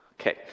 Okay